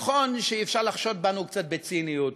נכון שאפשר לחשוד בנו קצת בציניות,